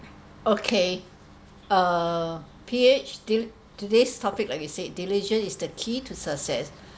okay uh P_H till today's topic like I said diligence is the key to success